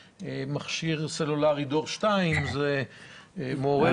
במכשיר סלולרי דור 2. זה מעורר מחשבות.